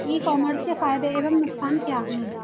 ई commerce के फायदे एवं नुकसान क्या हैं?